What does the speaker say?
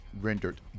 rendered